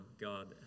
God